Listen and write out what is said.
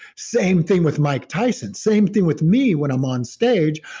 same thing with mike tyson. same thing with me when i'm on stage.